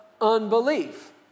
unbelief